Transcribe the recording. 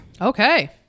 Okay